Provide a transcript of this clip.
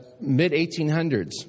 mid-1800s